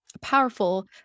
powerful